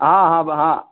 हाँ हाँ वहाँ